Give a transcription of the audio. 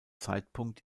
zeitpunkt